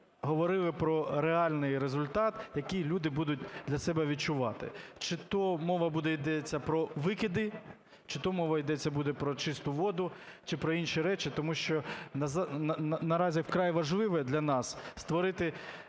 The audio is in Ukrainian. говорили про реальний результат, який люди будуть для себе відчувати. Чи то мова буде йдеться про викиди, чи то мова йдеться буде про чисту воду, чи про інші речі, тому що наразі вкрай важливо для нас – створити